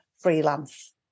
freelance